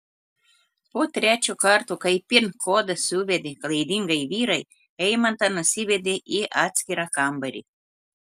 po trečio karto kai pin kodą suvedė klaidingai vyrai eimantą nusivedė į atskirą kambarį